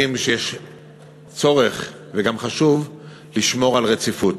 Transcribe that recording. על כך שיש צורך וגם חשוב לשמור על רציפות.